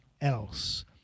else